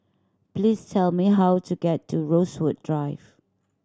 please tell me how to get to Rosewood Drive